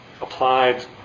applied